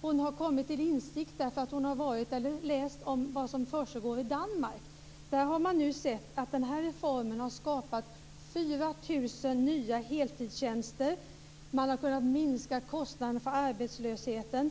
Hon har kommit till insikt därför att hon har läst om vad som försiggår i Danmark. Där har man nu sett att den reformen har skapat 4 000 nya heltidstjänster. Man har kunnat minska kostnaderna för arbetslösheten.